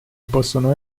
possono